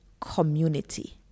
community